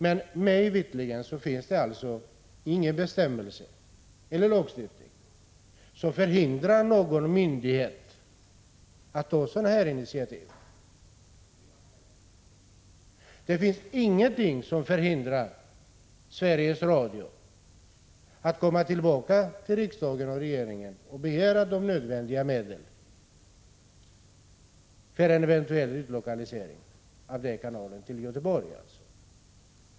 Men mig veterligen finns det ingen bestämmelse eller lagstiftning som förhindrar någon myndighet att ta sådana här initiativ. Det finns ingenting som förhindrar Sveriges Radio att komma tillbaka till riksdagen och regeringen och begära de nödvändiga medlen för en eventuell utlokalisering av ledningen för rikskanalen till Göteborg.